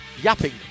yapping